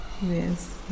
Yes